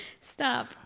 Stop